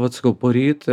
vat sakau poryt